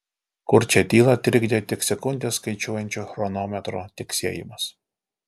kurčią tylą trikdė tik sekundes skaičiuojančio chronometro tiksėjimas